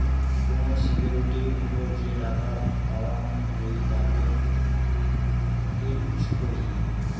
কোন সিকিউরিটির ওপর যে টাকা পাওয়াঙ হই তাকে ইল্ড কহি